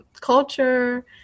culture